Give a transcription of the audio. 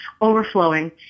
overflowing